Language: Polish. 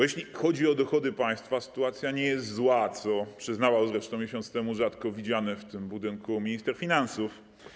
Jeśli chodzi o dochody państwa, sytuacja nie jest zła, co przyznawał zresztą miesiąc temu rzadko widywany w tym budynku minister finansów.